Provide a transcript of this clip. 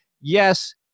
yes